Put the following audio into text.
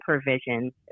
provisions